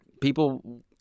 people